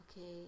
okay